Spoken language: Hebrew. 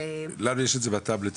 לנו יש את זה בטאבלטים.